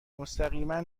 مستقیما